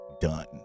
done